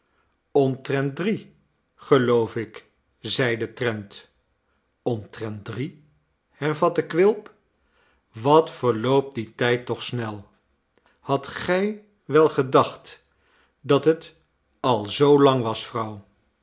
omtrent drie geloof ik zeide trent omtrent drie hervatte quilp wat verloopt die tijd toch snel hadt gij wel gedacht dat het al zoo lang was